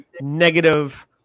negative